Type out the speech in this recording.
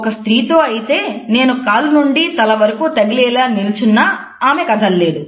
ఒక స్త్రీతో అయితే నేను కాలి నుండి తల వరకు తగిలేలా నిలుచున్నా ఆమె కదలలేదు